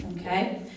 okay